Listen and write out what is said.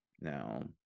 now